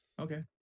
Okay